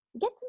get